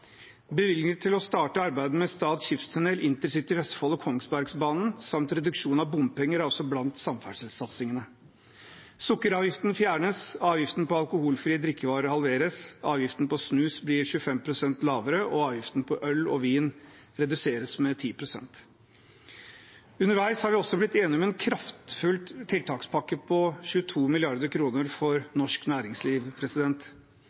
til å starte arbeidet med Stad skipstunnel, InterCity Vestfold og Kongsbergbanen, samt reduksjon av bompenger er også blant samferdselssatsingene. Sukkeravgiften fjernes, avgiften på alkoholfrie drikkevarer halveres, avgiften på snus blir 25 pst. lavere, og avgiften på øl og vin reduseres med 10 pst. Underveis har vi også blitt enige om en kraftfull tiltakspakke på 22